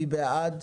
מי בעד?